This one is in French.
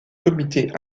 comité